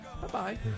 Bye-bye